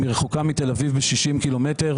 היא רחוקה מתל אביב מרחק של 60 קילומטרים,